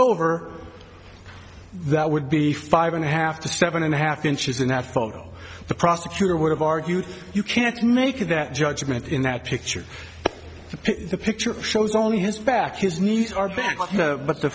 over that would be five and a half to seven and a half inches in that photo the prosecutor would have argued you can't make that judgment in that picture the picture shows only his back his knees are back but the